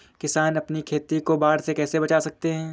किसान अपनी खेती को बाढ़ से कैसे बचा सकते हैं?